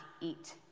eat